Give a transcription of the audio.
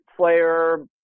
player